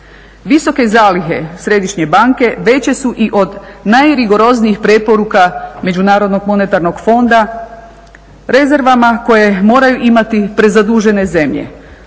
Visoke zalihe Središnje banke veće su i od najrigoroznijih preporuka međunarodnog monetarnog fonda, rezervama koje moraju imati prezadužene zemlje